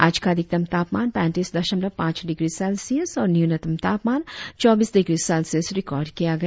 आज का अधिकतम तापमान पैतीस दशमलव पांच डिग्री सेल्सियस और न्यूनतम तापमान चौबीस डिग्री सेल्सियस रिकार्ड किया गया